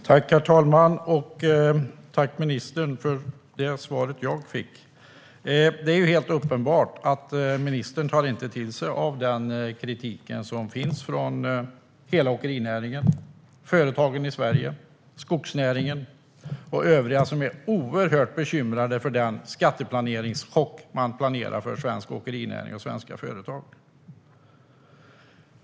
Herr talman! Tack, ministern, för svaret jag fick! Det är uppenbart att ministern inte tar till sig kritiken från hela åkerinäringen, företagen i Sverige, skogsnäringen och övriga som är oerhört bekymrade över den skattechock som planeras för svensk åkerinäring och svenska företag.